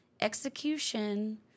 execution